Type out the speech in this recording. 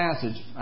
passage